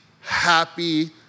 happy